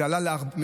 זה עלה לארבעה.